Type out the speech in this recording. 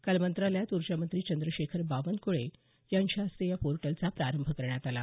काल मंत्रालयात ऊर्जामंत्री चंद्रशेखर बावनक्ळे यांच्या हस्ते या पोर्टलचा प्रारंभ करण्यात आला